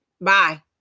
Bye